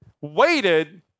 waited